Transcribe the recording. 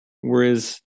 Whereas